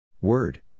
Word